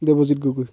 Debajit Gogoi